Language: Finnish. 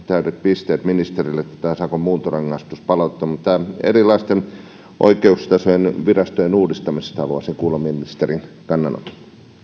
täydet pisteet ministerille että tämä sakon muuntorangaistus palautettiin mutta erilaisten oikeusvirastojen uudistamisesta haluaisin kuulla ministerin kannanoton